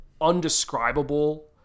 undescribable